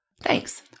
Thanks